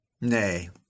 Nay